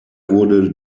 wurde